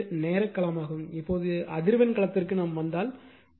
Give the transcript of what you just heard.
எனவே இது நேர களமாகும் இப்போது அதிர்வெண் களத்திற்கு வந்தால்